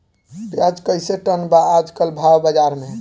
प्याज कइसे टन बा आज कल भाव बाज़ार मे?